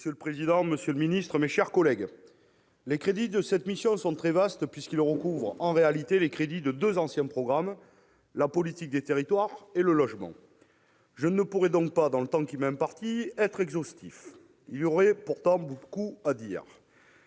Monsieur le président, monsieur le ministre, mes chers collègues, les crédits de cette mission sont très vastes, puisqu'ils recouvrent les crédits de deux anciens programmes : la politique des territoires et le logement. Je ne pourrai donc pas, dans le temps qui m'est imparti, être exhaustif ; il y aurait pourtant beaucoup à dire.